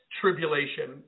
tribulation